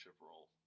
role